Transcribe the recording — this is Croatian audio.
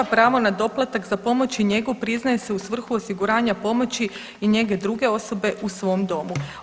Pravo na doplatak za pomoć i njegu priznaje se u svrhu osiguranja pomoći i njege druge osobe u svom domu.